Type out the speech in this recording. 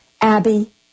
Abby